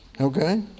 Okay